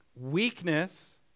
weakness